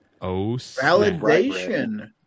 validation